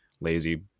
lazy